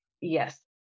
yes